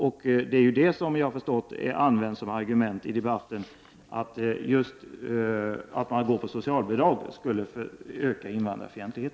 Såvitt jag förstår är just detta ett argument som man tar till i debatten, alltså att detta med att vissa får socialbidrag skulle bidra till en större invandrarfientlighet.